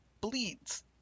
bleeds